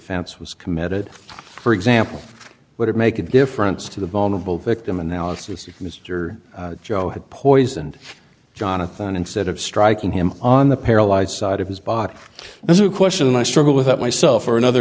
offense was committed for example would it make a difference to the vulnerable victim analysis if mr joe had poisoned jonathan instead of striking him on the paralyzed side of his body there's a question i struggle with that myself for another